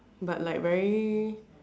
but like very